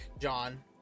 John